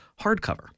hardcover